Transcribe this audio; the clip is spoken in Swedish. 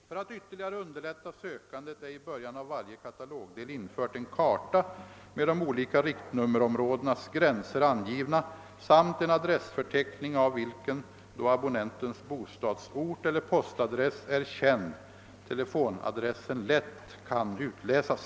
För att ytterligare underlätta sökandet är i början av varje katalogdel en karta införd med de olika riktnummerområdenas gränser angivna samt en adressförteckning, av vilken — då abonnentens bostadsort eller postadress är känd — telefonadressen lätt kan utlä Sas.